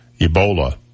Ebola